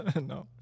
No